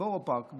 בבורו פארק,